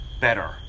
better